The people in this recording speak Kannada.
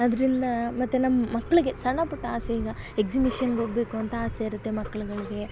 ಅದರಿಂದ ಮತ್ತು ನಮ್ಮ ಮಕ್ಳಿಗೆ ಸಣ್ಣ ಪುಟ್ಟ ಆಸೆ ಈಗ ಎಕ್ಸಿಮಿಷನ್ಗೆ ಹೋಗ್ಬೇಕು ಅಂತ ಆಸೆ ಇರುತ್ತೆ ಮಕ್ಳುಗಳ್ಗೆ